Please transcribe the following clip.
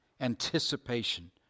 anticipation